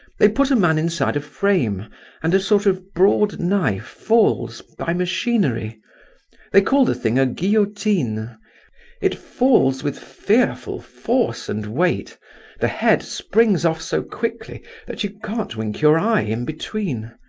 they put a man inside a frame and a sort of broad knife falls by machinery they call the thing a guillotine it falls with fearful force and weight the head springs off so quickly that you can't wink your eye in between.